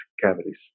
cavities